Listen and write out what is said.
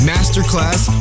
Masterclass